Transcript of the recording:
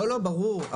לא, ברור.